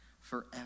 forever